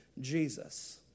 Jesus